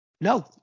No